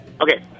Okay